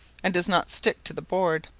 and does not stick to the board.